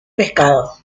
pescado